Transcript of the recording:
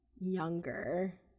younger